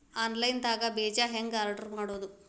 Online ದಾಗ ಬೇಜಾ ಹೆಂಗ್ ಆರ್ಡರ್ ಮಾಡೋದು?